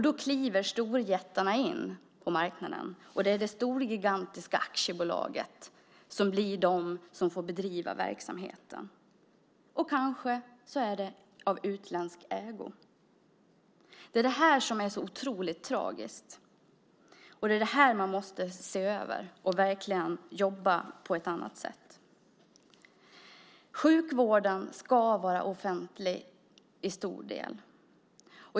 Då kliver storjättarna in på marknaden. Det är det stora gigantiska aktiebolaget som blir den som får bedriva verksamheten, och kanske är det i utländsk ägo. Det är detta som är så otroligt tragiskt. Det måste man se över, och man måste verkligen jobba på ett annat sätt. Sjukvården ska vara offentlig till stor del.